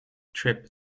trip